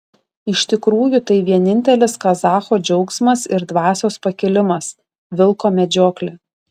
iš tikrųjų tai vienintelis kazacho džiaugsmas ir dvasios pakilimas vilko medžioklė